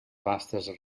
vastes